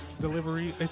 delivery